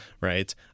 right